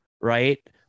Right